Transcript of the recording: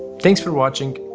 thanks for watching,